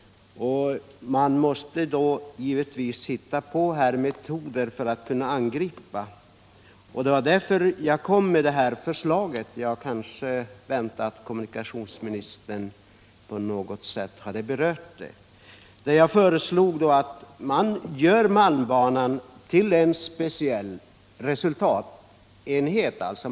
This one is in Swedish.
Man måste givetvis hitta på metoder för att kunna angripa det och det var därför jag kom med förslaget. Jag hade kanske väntat att kommunikationsministern på något sätt skulle beröra det. Jag föreslog att man gör malmbanan till en speciell resultatenhet.